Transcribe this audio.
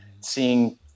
seeing